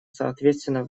соответственно